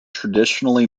traditionally